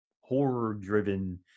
horror-driven